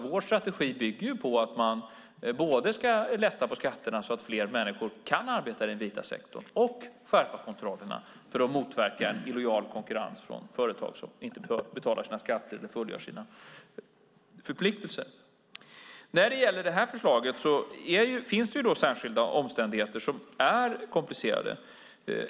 Vår strategi bygger på att man både ska lätta på skatterna så att flera människor kan arbeta i den vita sektorn och skärpa kontrollerna för att motverka illojal konkurrens från företag som inte betalar sina skatter eller fullgör sina förpliktelser. När det gäller det här förslaget finns särskilda omständigheter som är komplicerade.